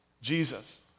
Jesus